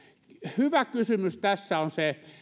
hyvä kysymys tässä on se